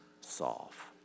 solve